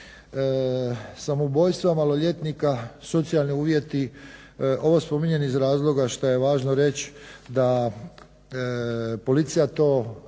Samoubojstva maloljetnika socijalni uvjeti ovo spominjem iz razloga šta je važno reći da policija neće